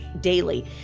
daily